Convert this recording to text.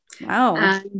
Wow